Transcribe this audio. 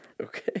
Okay